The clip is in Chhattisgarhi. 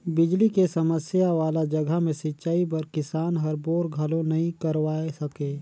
बिजली के समस्या वाला जघा मे सिंचई बर किसान हर बोर घलो नइ करवाये सके